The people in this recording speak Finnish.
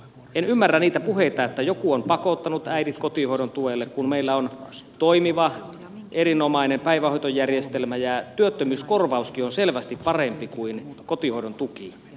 en ymmärrä niitä puheita että joku on pakottanut äidit kotihoidon tuelle kun meillä on toimiva erinomainen päivähoitojärjestelmä ja työttömyyskorvauskin on selvästi parempi kuin kotihoidon tuki